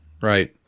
right